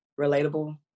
relatable